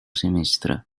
semestre